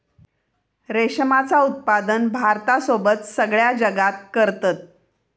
रेशमाचा उत्पादन भारतासोबत सगळ्या जगात करतत